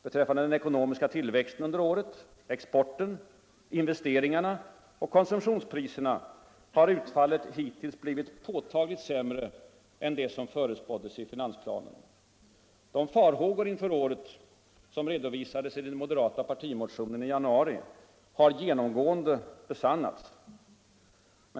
Beträffande den ekonomiska tillväxten under året, exporten, investeringarna och konsumtionspriserna har utfallet hittills blivit påtagligt sämre än det som förutspåddes i finansplanen. De farhågor som redovisades i den moderata partimotionen redan i januari har genomgående besannats.